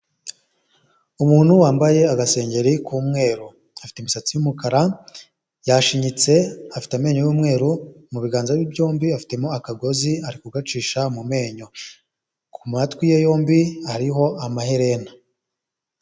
Umuntu wambaye agasengeri k'umweru afite imisatsi y'umukara yashinyitse, afite amenyo y'umweru mu biganza bye byombi afitemo akagozi ari kugacisha mu menyo, ku matwi ye yombi hariho amaherena.